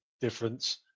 difference